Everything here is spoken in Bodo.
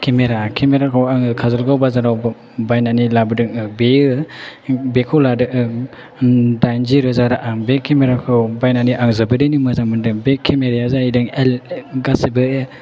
केमेरा केमेराखौ आङो काजलगाव बाजाराव बायनानै लाबोदों बेखौ लादों दाइनजि रोजा रां बे केमेराखौ बायनानै आं जोबोदैनो मोजां मोनदों बे केमेराया जाहैदों गासिबो